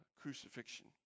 crucifixion